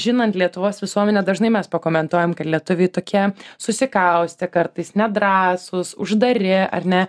žinant lietuvos visuomenę dažnai mes pakomentuojam kad lietuviai tokie susikaustę kartais nedrąsūs uždari ar ne